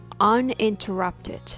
uninterrupted